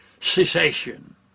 cessation